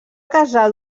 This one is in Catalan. casar